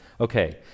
Okay